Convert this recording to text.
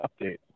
update